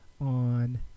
on